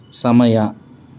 ಸಮಯ